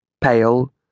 pale